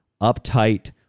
uptight